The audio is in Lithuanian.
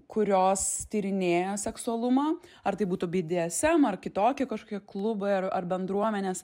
kurios tyrinėja seksualumą ar tai būtų bdsm ar kitokie kažkokie klubai ar bendruomenės